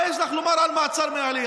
מה יש לך לומר על מעצר מינהלי?